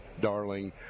Darling